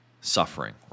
suffering